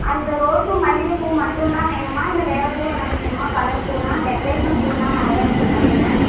அந்த ரோஸும் மல்லிகை பூ மட்டும் தான் வேணுமா இல்லை வேறு பூ என்னாது வேணுமா கலர் பூவெலாம் டெக்ரேஷன் பூவெலாம் நிறையா இருக்குது கடையில்